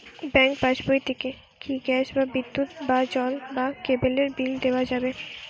Bank পাশবই থেকে কি গ্যাস বা বিদ্যুৎ বা জল বা কেবেলর বিল দেওয়া যাবে?